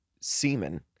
semen